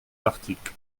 l’article